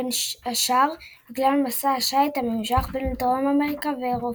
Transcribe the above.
בין השאר בגלל מסע השיט הממושך בין דרום אמריקה ואירופה,